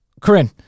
corinne